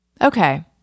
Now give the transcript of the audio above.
Okay